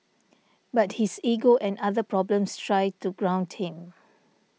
but his ego and other problems try to ground him